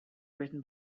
written